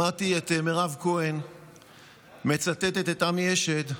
שמעתי את מירב כהן מצטטת את עמי אשד,